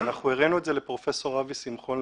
ואנחנו הראינו את זה לפרופסור אבי שמחון,